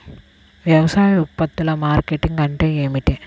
వ్యవసాయ ఉత్పత్తుల మార్కెటింగ్ అంటే ఏమిటి?